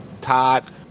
Todd